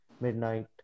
midnight